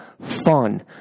fun